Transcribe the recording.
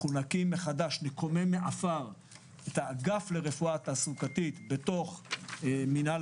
נקים מחדש את האגף לרפואה תעסוקתית בתוך מנהל